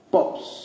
Pops